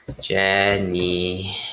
jenny